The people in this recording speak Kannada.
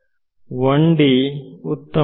1D ಉತ್ತಮ